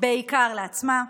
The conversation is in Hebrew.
בעיקר לעצמה,